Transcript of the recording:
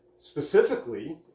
specifically